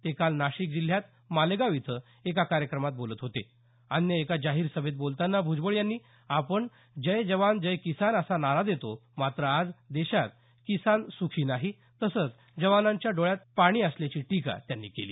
ते काल नाशिक जिल्ह्यात मालेगाव इथं एका कार्यक्रमात बोलत होते अन्य एका जाहीर सभेत बोलताना भूजबळ यांनी आपण जय जवान जय किसान असा नारा देतो मात्र आज देशात किसान सुखी नाही तसेच जवानांच्या डोळ्यात पाणी असल्याची टीका केली